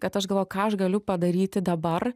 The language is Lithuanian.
kad aš galvoju ką aš galiu padaryti dabar